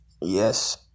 Yes